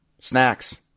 snacks